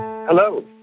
Hello